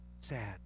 sad